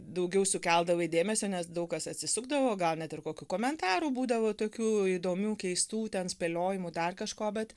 daugiau sukeldavai dėmesio nes daug kas atsisukdavo gal net ir kokių komentarų būdavo tokių įdomių keistų ten spėliojimų dar kažko bet